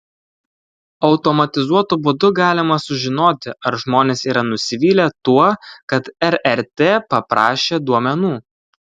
automatizuotu būdu galima sužinoti ar žmonės yra nusivylę tuo kad rrt paprašė duomenų